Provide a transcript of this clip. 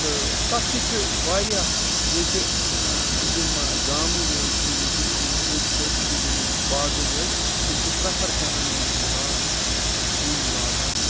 تہٕ تَتھ تہِ چھِ واریاہ ییٚتہِ یِم گامہٕ وٲلۍ چھِ ییٚتہِ یِم أنٛدۍ پٔکۍ چھِ یِم باغہٕ وٲلۍ تِم چھِ پریٚفَر کران یِمے گِلاس کُلۍ لاگان